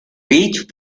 rich